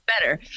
better